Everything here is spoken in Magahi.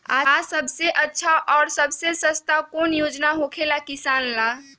आ सबसे अच्छा और सबसे सस्ता कौन योजना होखेला किसान ला?